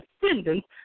descendants